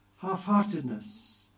Half-heartedness